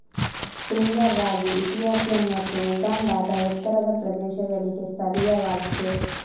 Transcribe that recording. finger ರಾಗಿ Ethiopian ಮತ್ತು ಉಗಾಂಡಾದ ಎತ್ತರದ ಪ್ರದೇಶಗಳಿಗೆ ಸ್ಥಳೀಯವಾಗಿದೆ